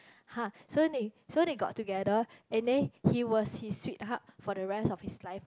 !huh! so in so they got together and then he was his sweetheart for the rest of his life